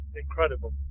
Incredible